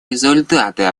результаты